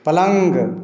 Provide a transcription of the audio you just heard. पलंग